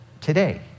today